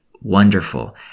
wonderful